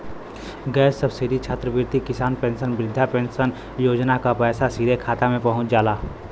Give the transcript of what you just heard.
gas subsidy छात्रवृत्ति किसान pension वृद्धा पेंशन योजना क पैसा सीधे खाता में पहुंच जाला